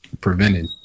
prevented